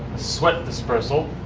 sweat dispersal.